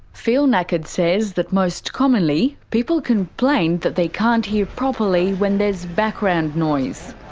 phil nakad says that most commonly people complain that they can't hear properly when there's background noise.